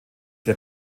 der